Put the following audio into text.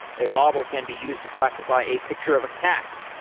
a model can be used to classify a picture of a cat,